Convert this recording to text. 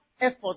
effort